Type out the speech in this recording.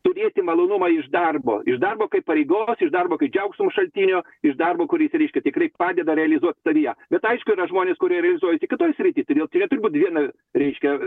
turėti malonumą iš darbo iš darbo kaip pareigos iš darbo kaip džiaugsmo šaltinio iš darbo kuris reiškia tikrai padeda realizuot savyje bet aišku yra žmonės kurie realizuoja tik kitoj srity todėl turėt būti viena reiškia